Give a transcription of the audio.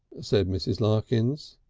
said mrs. larkins.